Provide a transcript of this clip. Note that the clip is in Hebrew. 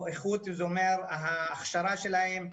איכות זה אומר הכשרה שלהם,